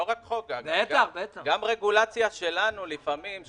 לא רק חוק אלא גם רגולציה שלנו לפעמים,